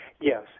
Yes